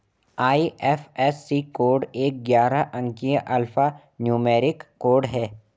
IFSC code एक ग्यारह अंकीय अल्फा न्यूमेरिक कोड है